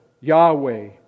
Yahweh